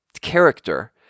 character